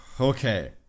okay